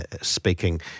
speaking